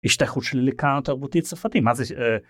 השתייכות שלי לקהל תרבותי צרפתי, מה זה?